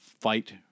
fight